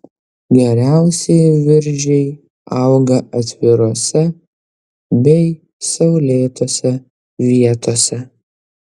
geriausiai viržiai auga atvirose bei saulėtose vietose